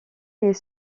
est